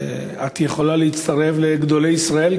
את יכולה להצטרף לגדולי ישראל,